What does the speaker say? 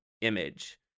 image